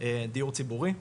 דיור ציבורי,